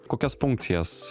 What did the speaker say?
kokias funkcijas